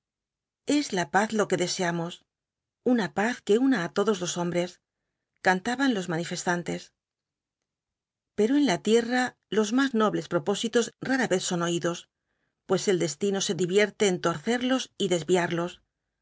es la paz lo que deseamos una paz que una á todos los hombres cantaban los manifestantes pero en la tierra los más nobles propósitos rara vez son oídos pues el destino se divierte en torcerlos y desviarlos